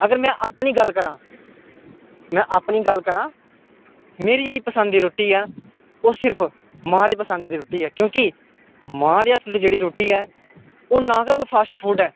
अगर में अपनी गल्ल करां में अपनी गल्ल करां मेरी जेह्ड़ी पसंद दी रुट्टी ऐ ओह् सिर्फ मां दी पसंद दी रुट्टी ऐ क्यूंकि मां दे हत्थ दी जेह्ड़ी रुट्टी ऐ ओह् ना गै कोई फास्ट फूड ऐ